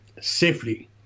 safely